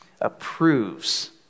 approves